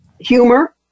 humor